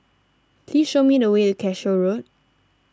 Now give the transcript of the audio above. please show me the way Cashew Road